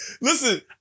Listen